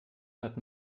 hört